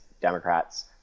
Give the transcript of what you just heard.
Democrats